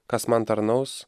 kas man tarnaus